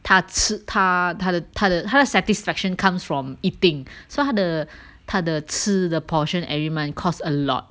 他吃他他的他的他的 satisfaction comes from eating so 他的他的吃的 the portion every month cost a lot